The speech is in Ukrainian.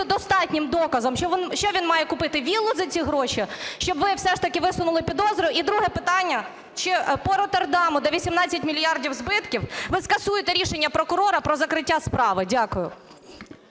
достатнім доказом, що він має купити – віллу за ці гроші, щоб ви все ж таки висунули підозру? І друге питання ще по "Роттердаму", де 18 мільярдів збитків. Ви скасуєте рішення прокурора про закриття справи? Дякую.